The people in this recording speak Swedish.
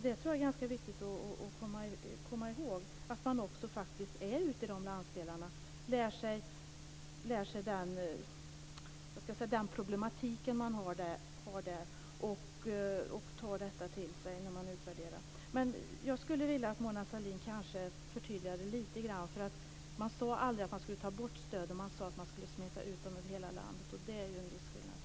Det tror jag är ganska viktigt att komma ihåg - att man faktiskt är ute i de här landsdelarna och lär sig den problematik som finns där. Man måste ta detta till sig när man utvärderar det hela. Jag skulle vilja att Mona Sahlin förtydligar lite grann. Man sade ju aldrig att man skulle ta bort stöden, utan man sade att man skulle smeta ut dem över hela landet. Det är en viss skillnad.